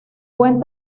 buen